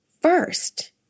first